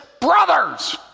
brothers